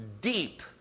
deep